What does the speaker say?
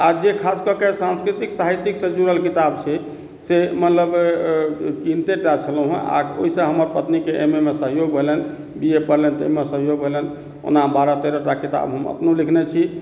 आ जे खास कऽ कऽ सांस्कृतिक साहित्यिक सँ जुड़ल किताब छै से मतलब किनतेटा छलहुॅं हैं आ ओहिसँ हमर पत्नी के एम ए मे सहयोग भेलनि बी ए पढ़लनि तऽ ओहिमे सहयोग भेलनि ओना बारह तेरहटा किताब हम अपनो लिखने छी